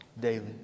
daily